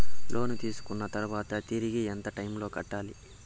లోను తీసుకున్న తర్వాత తిరిగి ఎంత టైములో కట్టాలి